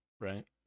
right